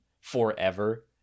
forever